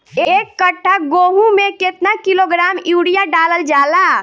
एक कट्टा गोहूँ में केतना किलोग्राम यूरिया डालल जाला?